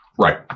Right